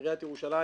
עיריית ירושלים